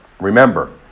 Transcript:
remember